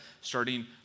starting